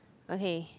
okay